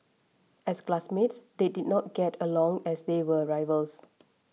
as classmates they did not get along as they were rivals